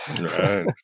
Right